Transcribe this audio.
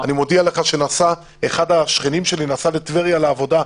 אני מודיע לך שאחד השכנים שלי נסע לעבודה בטבריה,